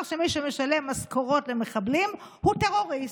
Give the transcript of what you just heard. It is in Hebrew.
שמי שמשלם משכורות למחבלים הוא טרוריסט.